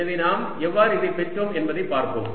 எனவே நாம் எவ்வாறு இதை பெற்றோம் என்பதை பார்ப்போம்